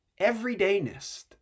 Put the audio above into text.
everydayness